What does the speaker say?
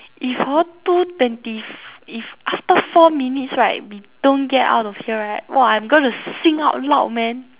if hor two twenty four if after four minutes right we don't get out of here right !wah! I'm gonna sing out loud man